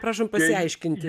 prašom pasiaiškinti